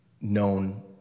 known